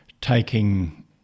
taking